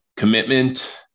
Commitment